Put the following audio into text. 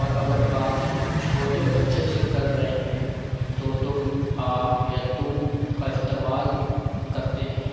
اور اگر بات چھوٹے بچے سے کر رہے ہیں تو تم آپ یا تو کا استعمال کرتے ہیں